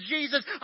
Jesus